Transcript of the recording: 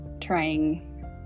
trying